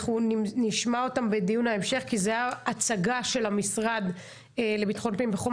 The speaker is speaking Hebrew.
אנחנו נשמע אותם בדיון ההמשך כי זה הצגה של המשרד לביטחון פנים בכל